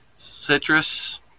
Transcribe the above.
Citrus